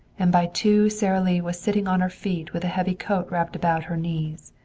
and by two sara lee was sitting on her feet, with a heavy coat wrapped about her knees.